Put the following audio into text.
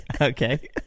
Okay